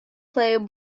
play